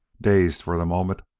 dazed for the moment,